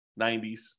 90s